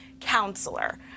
counselor